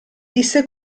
disse